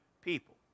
people